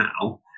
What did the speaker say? now